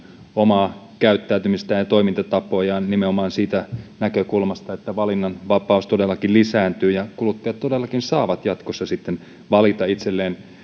omaa käyttäytymistään ja toimintatapojaan nimenomaan siitä näkökulmasta että valinnanvapaus todellakin lisääntyy ja kuluttajat todellakin saavat jatkossa sitten valita itselleen